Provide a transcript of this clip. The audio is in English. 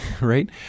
right